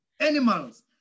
animals